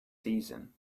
season